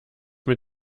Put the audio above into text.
mit